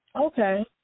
Okay